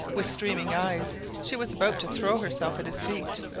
with streaming eyes she was about to throw herself at his feet,